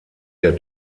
der